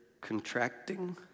contracting